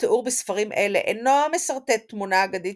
התיאור בספרים אלה אינו משרטט תמונה אגדית